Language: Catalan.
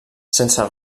sense